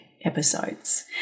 episodes